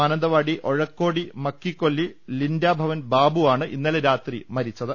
Mananthavady Ozhakkodi Makkikolli ലിന്റ ഭവൻ ബാബൂ ആണ് ഇന്നലെ രാത്രി മ രിച്ചത്